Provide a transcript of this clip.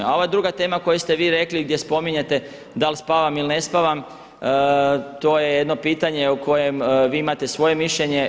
A ova druga tema o kojoj ste vi rekli gdje spominjete da li spavam ili ne spavam, to je jedno pitanje o kojem vi imate svoje mišljenje.